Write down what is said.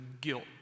guilt